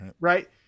Right